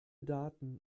daten